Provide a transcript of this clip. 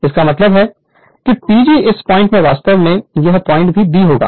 इसका मतलब यह है कि PG इस पॉइंट में वास्तव में यह पॉइंट भी b होगा